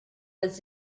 was